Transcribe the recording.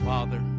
Father